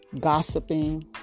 gossiping